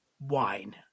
wine